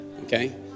Okay